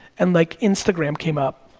and, like, instagram came up,